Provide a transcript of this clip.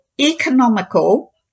economical